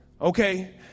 Okay